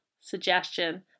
suggestion